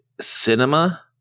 cinema –